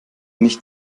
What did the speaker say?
nicht